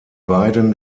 beiden